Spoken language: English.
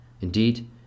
Indeed